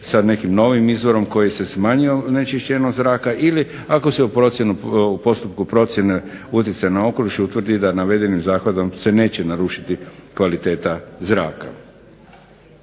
sa nekim novim izvorom koji je smanjio onečišćenost zraka ili ako se u postupku procjene utjecaja na okoliš utvrdi da navedenim zakonom se neće narušiti kvaliteta zraka.